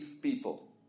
people